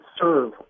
serve